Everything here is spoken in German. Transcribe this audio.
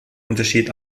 unterschied